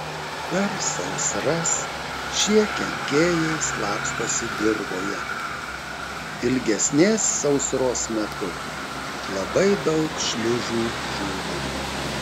per sausras šie kenkėjai slapstosi dirvoje ilgesnės sausros metu labai daug šliužų žūva